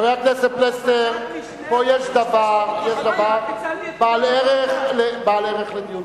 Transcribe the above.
חבר הכנסת פלסנר, פה יש דבר בעל ערך לדיון.